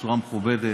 בצורה מכובדת.